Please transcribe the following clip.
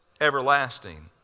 everlasting